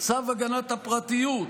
צו הגנת הפרטיות,